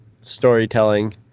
storytelling